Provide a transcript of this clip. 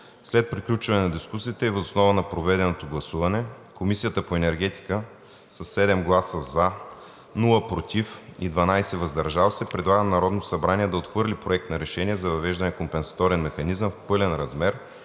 След приключване на дискусията и въз основа на проведеното гласуване Комисията по енергетика със 7 гласа „за“, без „против“ и 12 „въздържал се“ предлага на Народното събрание да отхвърли Проект на решение за въвеждане на компенсаторен механизъм в пълен размер